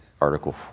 Article